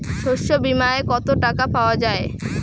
শস্য বিমায় কত টাকা পাওয়া যায়?